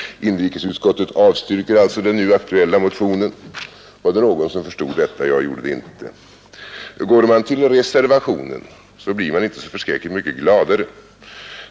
Inrikesutskottet avstyrker alltså den nu aktuella motionen.” på arbetsmarkna Var det någon som förstod detta? Jag gjorde det inte. den, m.m. Går man till reservationen blir man inte så förskräckligt mycket gladare.